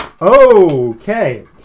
Okay